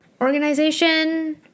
organization